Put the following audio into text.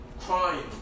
crying